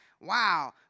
wow